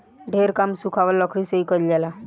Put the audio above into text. ढेर काम सुखावल लकड़ी से ही कईल जाला